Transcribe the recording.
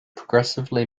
progressively